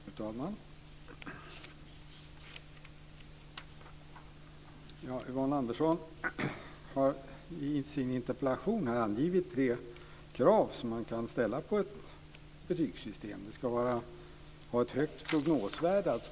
Fru talman! Yvonne Andersson har i sin interpellation angivit tre krav som man kan ställa på ett betygssystem. Det ska först ha ett prognosvärde.